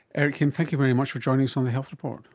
eric kim, thank you very much for joining us on the health report.